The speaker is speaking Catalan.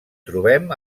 trobem